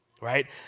right